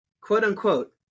quote-unquote